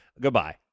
goodbye